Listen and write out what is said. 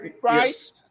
price